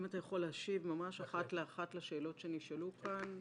אם אתה יכול להשיב ממש אחת לאחת לשאלות שנשאלו כאן -- בהחלט.